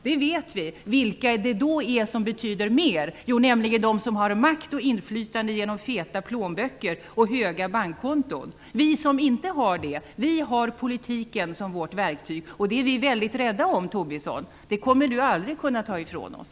Vi vet vilka som då betyder mer, nämligen de som har makt och inflytande genom feta plånböcker och stora bankkonton. Vi som inte har detta har politiken som vårt verktyg, och det är vi väldigt rädda om. Det kommer Tobisson aldrig att kunna ta ifrån oss.